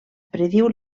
prediu